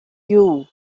you